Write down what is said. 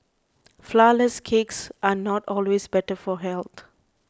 Flourless Cakes are not always better for health